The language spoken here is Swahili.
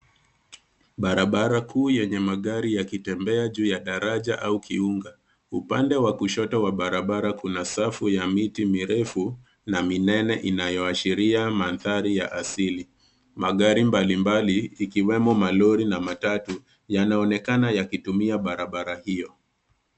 Barabara kuu yenye magari yakitembea juu ya daraja au kiunga. Upande wa kushoto wa barabara kuna safu ya miti mirefu na minene, inayoashiria mandhari ya asili. Magari mbali mbali ikiwemo malori na matatu, yanaonekana yakitumia barabara hio.